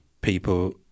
people